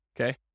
okay